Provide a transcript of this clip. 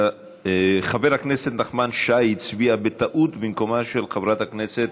חבר הכנסת נחמן שי הצביע בטעות במקומה של חברת הכנסת